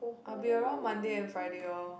I'll be around Monday and Friday oh